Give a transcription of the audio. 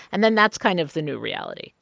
and then that's kind of the new reality,